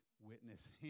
witnessing